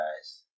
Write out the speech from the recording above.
guys